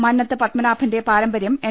മന്നത്ത് പത്മനാഭന്റെ പാരമ്പര്യം എൻ